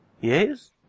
Yes